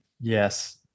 Yes